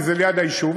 כי זה ליד היישוב,